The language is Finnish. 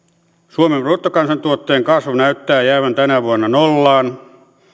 suomen bruttokansantuotteen kasvu näyttää jäävän tänä vuonna nollaan